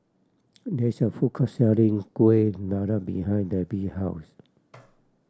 there is a food court selling Kueh Dadar behind Debbi house